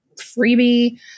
freebie